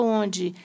onde